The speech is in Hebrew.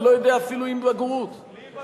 אני לא יודע אפילו אם בגרות, בלי בגרות.